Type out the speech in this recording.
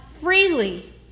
freely